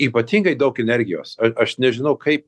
ypatingai daug energijos aš aš nežinau kaip